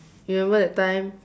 remember that time